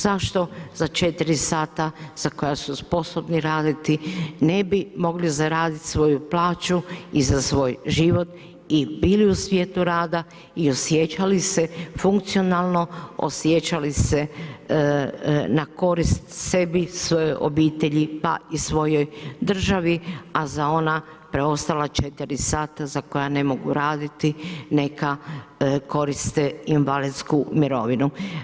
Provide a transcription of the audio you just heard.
Zašto za 4 sata za koja su sposobni raditi ne bi mogli zaraditi svoju plaću i za svoj život i bili u svijetu rada i osjećali se funkcionalno, osjećali se na korist sebi, svojoj obitelji pa i svojoj državi, a za ona preostala 4 sata za koja ne mogu raditi neka koriste invalidsku mirovinu.